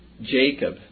Jacob